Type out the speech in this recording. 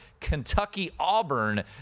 Kentucky-Auburn